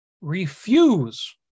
refuse